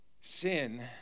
Sin